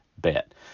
bet